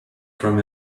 from